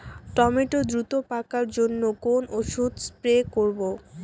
Tomato দ্রুত পাকার জন্য কোন ওষুধ স্প্রে করব?